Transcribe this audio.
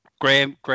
Graham